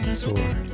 sword